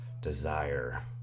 desire